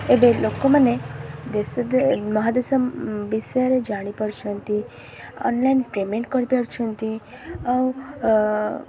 ଏବେ ଲୋକମାନେ ଦେଶ ମହାଦେଶ ବିଷୟରେ ଜାଣିପାରୁଛନ୍ତି ଅନ୍ଲାଇନ୍ ପେମେଣ୍ଟ୍ କରିପାରୁଛନ୍ତି ଆଉ